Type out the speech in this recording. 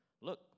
look